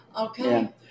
Okay